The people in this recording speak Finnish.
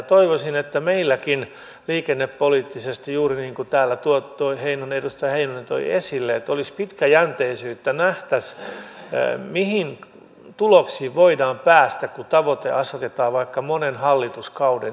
toivoisin että meilläkin liikennepoliittisesti juuri niin kuin täällä edustaja heinonen toi esille olisi pitkäjänteisyyttä nähtäisiin mihin tuloksiin voidaan päästä kun tavoite asetetaan vaikka monen hallituskauden yli